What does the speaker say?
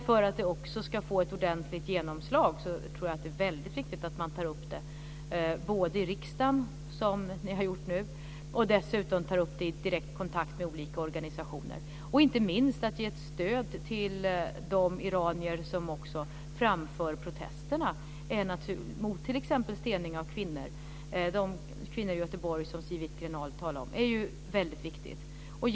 För att de ska få ett ordentligt genomslag är det väldigt viktigt att ta upp dem i riksdagen, som ni har gjort nu, och i direkt kontakt med olika organisationer. Inte minst är det viktigt att ge stöd till de iranier som framför protester mot t.ex. stening av kvinnor. Siw Wittgren-Ahl talade om kvinnor i Göteborg som gör det.